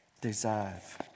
deserve